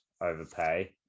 overpay